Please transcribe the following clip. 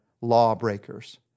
lawbreakers